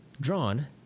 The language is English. Drawn